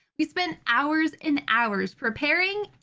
we spent hours and hours preparing,